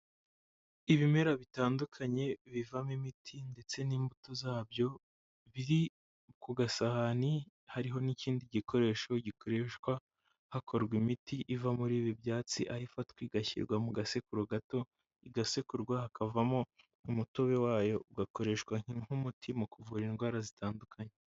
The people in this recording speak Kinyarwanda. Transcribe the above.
Ibimera bitandukanye bivamo imiti ndetse n'imbuto zabyo, biri ku gasahani, hariho n'ikindi gikoresho gikoreshwa hakorwa imiti iva muri ibi byatsi, aho ifatwa igashyirwa mu gasekuro gato, igasekurwa hakavamo umutobe wayo, ugakoreshwa nk'umuti mu kuvura indwara zitandukanye.